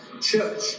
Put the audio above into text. Church